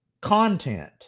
content